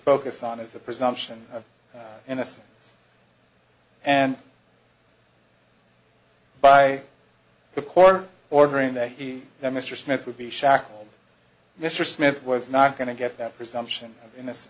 focus on is the presumption of innocence and by the court ordering that he that mr smith would be shackled mr smith was not going to get that presumption in